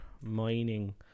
mining